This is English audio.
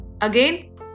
again